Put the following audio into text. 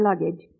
luggage